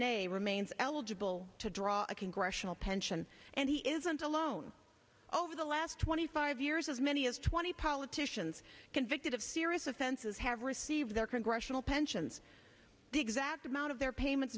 ney remains eligible to draw a congressional pension and he isn't alone over the last twenty five years as many as twenty politicians convicted of serious offenses have received their congressional pensions the exact amount of their payments